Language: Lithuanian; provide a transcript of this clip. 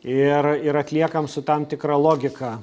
ir ir atliekam su tam tikra logika